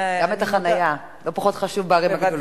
גם את החנייה, לא פחות חשוב בערים הגדולות.